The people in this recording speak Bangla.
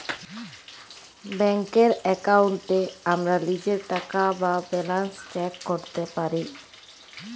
ব্যাংকের এক্কাউন্টে আমরা লীজের টাকা বা ব্যালান্স চ্যাক ক্যরতে পারি